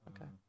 okay